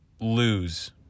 lose